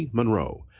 ah monroe